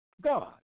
God